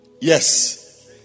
Yes